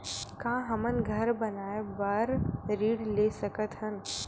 का हमन घर बनाए बार ऋण ले सकत हन?